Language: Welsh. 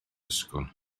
ysgol